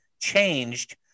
changed